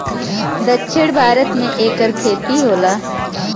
दक्षिण भारत मे एकर खेती होला